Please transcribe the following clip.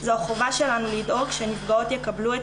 זו החובה שלנו לדאוג שנפגעות יקבלו את